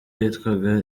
yitwaga